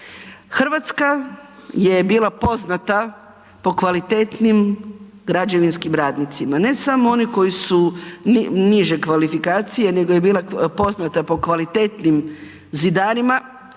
Hrvatska je bila poznata po kvalitetnim građevinskim radnicima, ne samo oni koji su niže kvalifikacije nego je bila poznata po kvalitetnim zidarima,